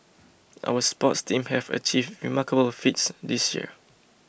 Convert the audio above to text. our sports team have achieved remarkable feats this year